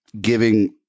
giving